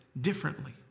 differently